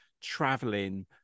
traveling